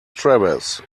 travis